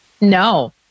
no